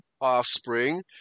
offspring